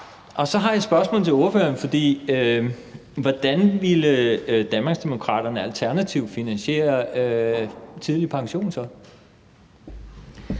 Og så har jeg et spørgsmål til ordføreren, for hvordan ville Danmarksdemokraterne alternativt så finansiere tidlig pension?